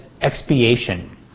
expiation